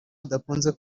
bidakunze